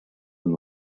and